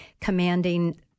commanding